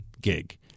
gig